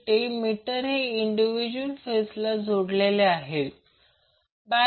जेथे वॅटमीटर हे इंडिव्हिज्युअल फेजला जोडलेले आहेत